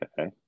Okay